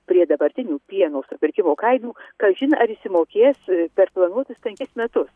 prie dabartinių pieno supirkimo kainų kažin ar išsimokės per planuotus penkis metus